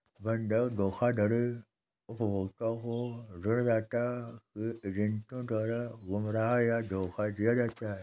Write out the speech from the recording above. बंधक धोखाधड़ी उपभोक्ता को ऋणदाता के एजेंटों द्वारा गुमराह या धोखा दिया जाता है